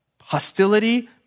hostility